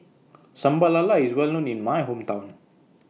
Sambal Lala IS Well known in My Hometown